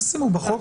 אז תשימו בחוק,